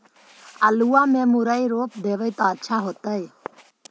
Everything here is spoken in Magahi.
आलुआ में मुरई रोप देबई त अच्छा होतई?